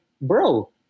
bro